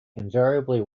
invariably